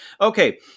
Okay